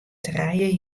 trije